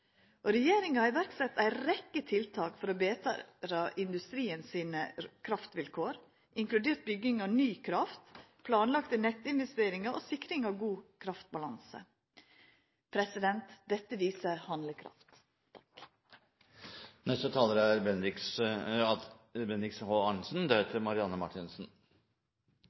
Regjeringa har sett i verk ei rekke tiltak for å betra industrien sine kraftvilkår, inkludert bygging av ny kraft, planlagde nettinvesteringar og sikring av god kraftbalanse. Dette viser handlekraft.